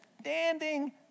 standing